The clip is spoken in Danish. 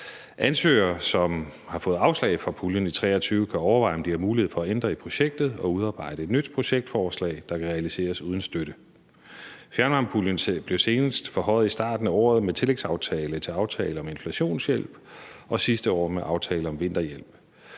Ansøgere, som har fået afslag fra puljen i 2023, kan overveje, om de har mulighed for at ændre i projektet og udarbejde et nyt projektforslag, der kan realiseres uden støtte. Fjernvarmepuljen blev senest forhøjet i starten af året med »Tillægsaftale til aftale om inflationshjælp 2023« og sidste år med »Aftale om vinterhjælp«.